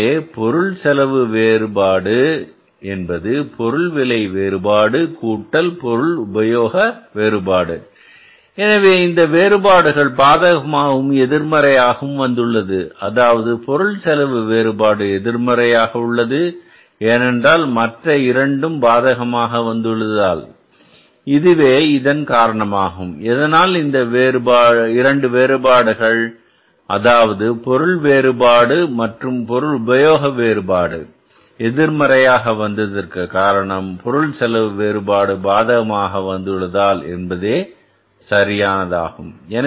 எனவே பொருள் செலவு வேறுபாடு என்பது பொருள் விலை வேறுபாடு கூட்டல் பொருள் உபயோக வேறுபாடு எனவே இந்த வேறுபாடுகள் பாதகமாகவும் எதிர்மறையாகவும் வந்துள்ளது அதாவது பொருள் செலவு வேறுபாடு எதிர்மறையாக உள்ளது ஏனென்றால் மற்ற இரண்டும் பாதகமாக வந்துள்ளதால் இதுவே இதன் காரணமாகும் எதனால் இந்த இரண்டு வேறுபாடுகள் அதாவது பொருள் வேறுபாடு மற்றும் பொருள் உபயோக வேறுபாடு எதிர்மறையாக வந்ததற்கான காரணம் பொருள் செலவு வேறுபாடு பாதகமாக வந்துள்ளதால் என்பதே சரியானதாகும்